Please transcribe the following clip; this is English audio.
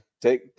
take